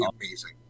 amazing